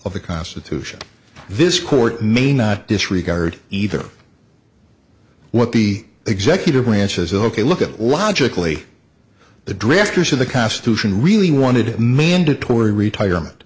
of the constitution this court may not disregard either what the executive branch is ok look at logically the drafters of the constitution really wanted it mandatory retirement